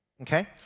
okay